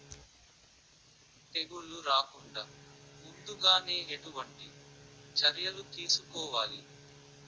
తెగుళ్ల రాకుండ ముందుగానే ఎటువంటి చర్యలు తీసుకోవాలి?